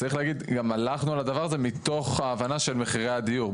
צריך להגיד שגם הלכנו על הדבר הזה מתוך ההבנה של מחירי הדיור.